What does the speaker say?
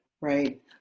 Right